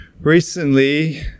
recently